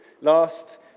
last